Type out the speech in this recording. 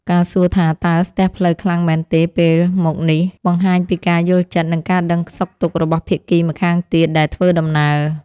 ការសួរថាតើស្ទះផ្លូវខ្លាំងមែនទេពេលមកនេះ បង្ហាញពីការយល់ចិត្តនិងការដឹងសុខទុក្ខរបស់ភាគីម្ខាងទៀតដែលធ្វើដំណើរ។